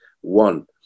One